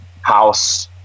house